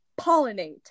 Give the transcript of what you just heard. pollinate